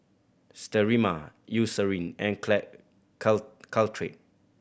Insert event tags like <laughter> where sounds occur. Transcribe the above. Sterimar Eucerin and <unintelligible> Caltrate